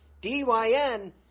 D-Y-N-